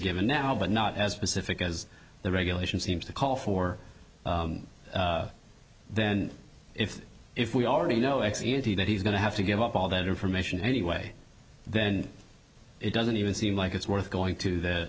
given now but not as specific as the regulation seems to call for then if if we already know x unity that he's going to have to give up all that information anyway then it doesn't even seem like it's worth going to